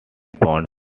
pounds